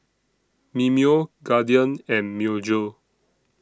Mimeo Guardian and Myojo